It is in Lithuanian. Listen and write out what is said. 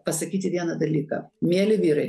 pasakyti vieną dalyką mieli vyrai